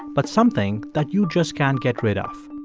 but something that you just can't get rid of.